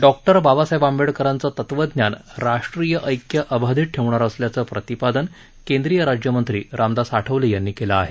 डॉ बाबासाहेब आंबेडकरांचं तत्वज्ञान राष्ट्रीय ऐक्य अबाधित ठेवणारं असल्याचं प्रतिपादन केंद्रिय राज्यमंत्री रामदास आठवले यांनी केलं आहे